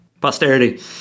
posterity